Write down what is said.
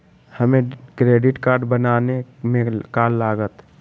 हमें debit card बनाने में का लागत?